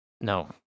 no